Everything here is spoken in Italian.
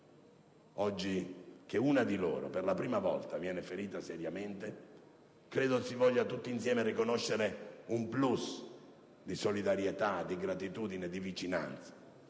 oggi che una di loro, per la prima volta, viene ferita seriamente, credo si voglia tutti insieme riconoscere un *plus* di solidarietà, di gratitudine, di vicinanza,